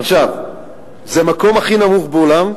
זה המקום הכי נמוך בעולם,